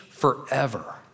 forever